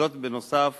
בנוסף